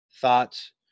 thoughts